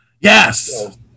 Yes